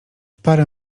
parę